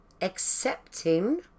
accepting